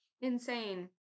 Insane